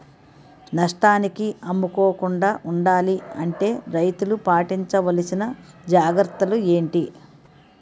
నష్టానికి అమ్ముకోకుండా ఉండాలి అంటే రైతులు పాటించవలిసిన జాగ్రత్తలు ఏంటి